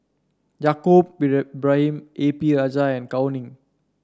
Yaacob Ibrahim A P Rajah and Gao Ning